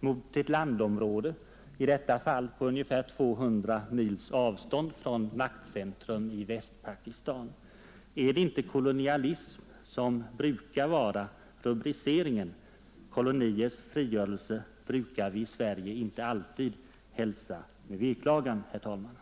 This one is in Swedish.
mot ett landområde — i detta fall på ett avstånd av 200 mil från maktcentrum i Västpakistan? Är det inte kolonialism som brukar vara rubriceringen? Koloniers frigörelse brukar vi i Sverige inte alltid hälsa med veklagan, herr talman.